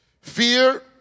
Fear